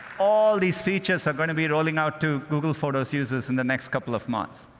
all these features are going to be rolling out to google photos users in the next couple of months.